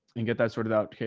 and get that sorted out. okay.